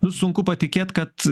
nu sunku patikėt kad